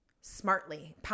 Smartly